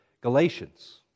Galatians